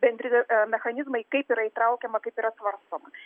bendri mechanizmai kaip yra įtraukiama kaip yra svarstoma